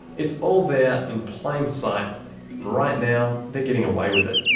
it's all there in plain sight, and right now they're getting away with it.